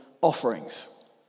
offerings